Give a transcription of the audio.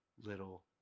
little